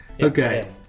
Okay